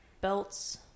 Belts